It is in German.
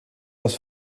das